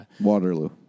Waterloo